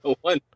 One